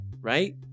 right